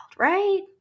Right